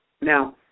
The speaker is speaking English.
Now